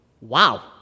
wow